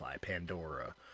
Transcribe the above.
Pandora